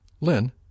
Lynn